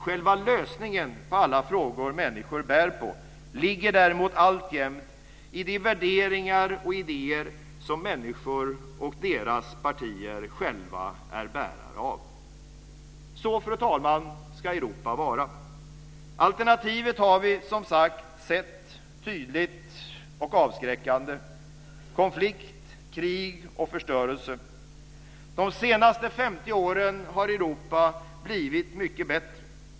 Själva lösningen på alla frågor människor bär på ligger däremot alltjämt i de värderingar och idéer som människor och deras partier själva är bärare av. Så, fru talman, ska Europa vara. Alternativet har vi, som sagt, sett tydligt och avskräckande: konflikt, krig och förstörelse. De senaste 50 åren har Europa blivit mycket bättre.